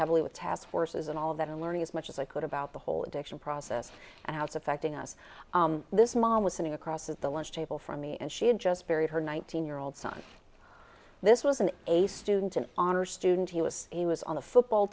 heavily with task forces and all of that and learning as much as i could about the whole addiction process and how it's affecting us this mom was sitting across the lunch table from me and she had just buried her nineteen year old son this was an a student an honor student he was he was on the football